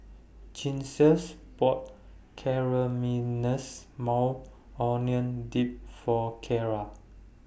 Gisselle's bought Maui Onion Dip For Kyla